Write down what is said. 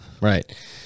right